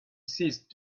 ceased